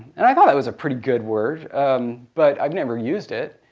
and i thought that was a pretty good word but i've never used it,